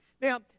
Now